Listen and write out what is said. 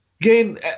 Again